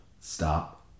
stop